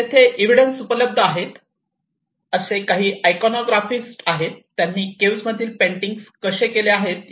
तेथे एव्हिडन्स उपलब्ध आहेत असे काही आयकॉनोग्राफीस्ट आहेत त्यांनी केव्ह मधील पेंटिंग्स कसे केले आहेत याबद्दल अभ्यास केला आहे